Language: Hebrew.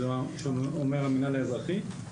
זה אומר המינהל האזרחי.